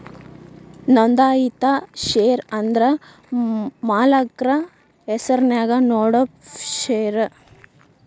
ನೋಂದಾಯಿತ ಷೇರ ಅಂದ್ರ ಮಾಲಕ್ರ ಹೆಸರ್ನ್ಯಾಗ ನೇಡೋ ಷೇರ